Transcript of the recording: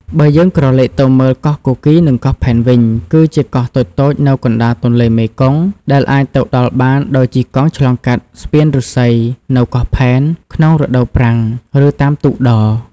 បើយើងក្រឡេកទៅមើល កោះគគីរ និងកោះផែនវិញ គឺជាកោះតូចៗនៅកណ្តាលទន្លេមេគង្គ ដែលអាចទៅដល់បានដោយជិះកង់ឆ្លងកាត់ស្ពានឫស្សី នៅកោះផែន ក្នុងរដូវប្រាំង ឬតាមទូកដ។